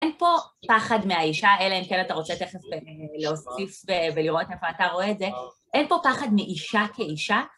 אין פה פחד מהאישה אלא אם כן, אתה רוצה תכף להוסיף ולראות איפה אתה רואה את זה, אין פה פחד מאישה כאישה.